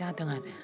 दादों आरो